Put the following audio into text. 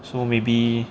so maybe